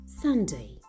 Sunday